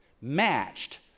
matched